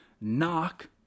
Knock